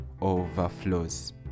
overflows